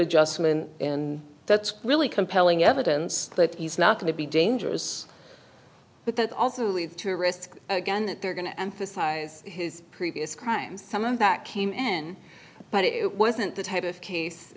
adjustment and that's really compelling evidence that he's not going to be dangerous but that also leads to a risk again that they're going to emphasize his previous crimes some of that came in but it wasn't the type of